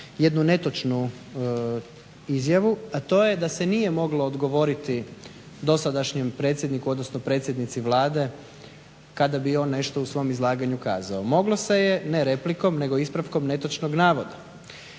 jednu netočnu izjavu, a to je da se nije moglo odgovoriti dosadašnjem predsjedniku odnosno predsjednici Vlade kada bi nešto u svom izlaganju kazao. Moglo se ne replikom nego ispravkom netočnog navoda.